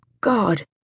God